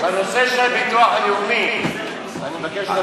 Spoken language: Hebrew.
בנושא של הביטוח הלאומי אני מבקש לדבר.